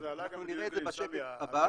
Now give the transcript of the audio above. אנחנו נראה את זה בשקף הבא.